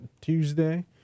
Tuesday